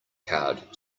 card